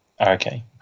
Okay